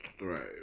Right